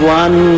one